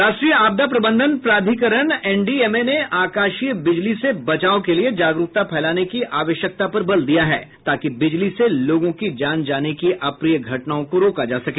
राष्ट्रीय आपदा प्रबंधन प्राधिकरण एनडीएमए ने आकाशीय बिजली से बचाव के लिए जागरूकता फैलाने की आवश्यकता पर बल दिया है ताकि बिजली से लोगों की जान जाने की अप्रिय घटनाओं को रोका जा सके